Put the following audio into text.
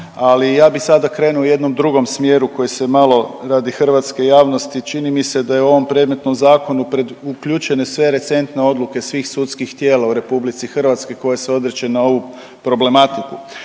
ali ja bi sada krenuo u jednom drugom smjeru koji se malo radi hrvatske javnosti čini mi se da je u ovom predmetnom zakonu pred, uključene sve recentne odluke svih sudskih tijela u RH koje se odreče na ovu problematiku.